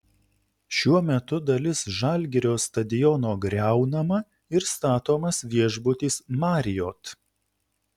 šiuo metu dalis žalgirio stadiono griaunama ir statomas viešbutis marriott